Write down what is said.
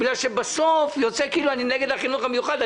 כי בסוף יוצא כאילו אני נגד החינוך המיוחד.